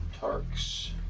Tark's